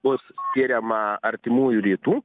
bus skiriama artimųjų rytų